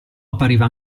appariva